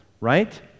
right